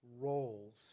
roles